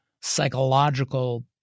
psychological